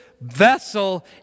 vessel